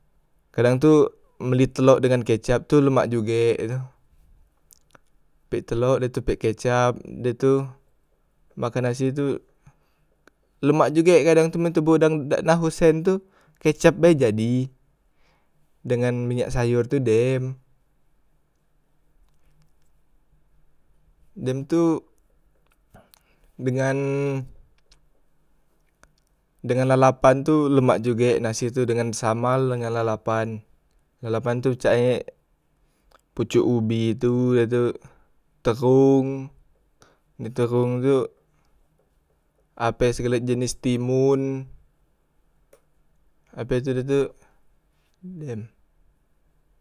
Kadang tu, mbeli telok dengan kecap tu lemak juge he tu, pek telok da tu pek kecap da tu makan nasi tu, lemak juge kadang tu men toboh dak nahu sen tu, kecap be jadi, dengan minyak sayor tu dem, dem tu dengan, dengan lalapan tu lemak juge, nasi tu dengan sambal dengan lalapan, lalapan tu cak e pocok ubi tu, da tu tehong de tehong tu ape segale jenis timun ape tadi tu dem.